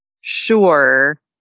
sure